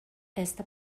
esta